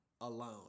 alone